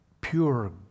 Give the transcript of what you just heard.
pure